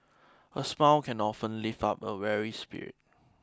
a smile can often lift up a weary spirit